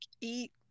eat